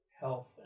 health